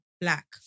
black